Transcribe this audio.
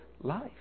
life